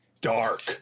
Dark